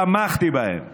תמכתי בהם